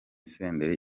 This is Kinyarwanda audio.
senderi